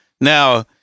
Now